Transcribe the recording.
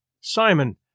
Simon